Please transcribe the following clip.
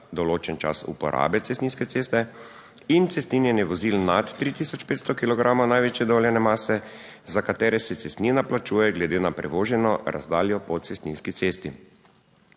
določen čas uporabe cestninske ceste in cestninjenje vozil nad 3500 kilogramov največje dovoljene mase, za katere se cestnina plačuje glede na prevoženo razdaljo po cestninski cesti.